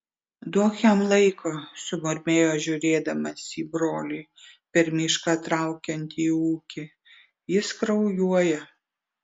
duok jam laiko sumurmėjo žiūrėdamas į brolį per mišką traukiantį į ūkį jis kraujuoja